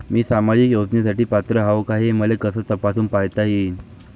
मी सामाजिक योजनेसाठी पात्र आहो का, हे मले कस तपासून पायता येईन?